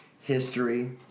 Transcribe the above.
History